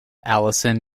allison